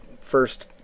first